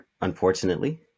unfortunately